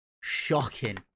shocking